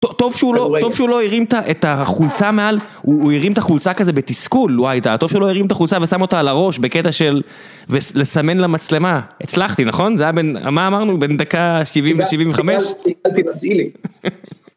טוב, טוב שהוא לא הרים את החולצה מעל, הוא הרים את החולצה כזה בתסכול, טוב שהוא לא הרים את החולצה ושם אותה על הראש בקטע של לסמן למצלמה. הצלחתי, נכון? מה אמרנו? בין דקה 70 ל-75? תגיד, תגיד, אל תמצאי לי.